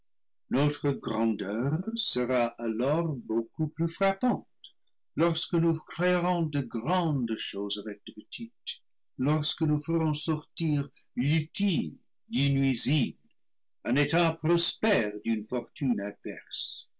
noire grandeur sera alors beaucoup plus frap panle lorsque nous créerons de grandes choses avec de pe tites lorsque nous ferons sortir l'utile du nuisible un état prospère d'une fortune